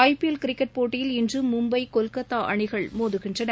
IPL cricket போட்டியில் இன்றுமும்பை கொல்கத்தாஅணிகள் மோதுகின்றன